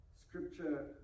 Scripture